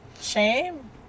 shame